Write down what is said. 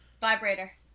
Vibrator